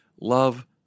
love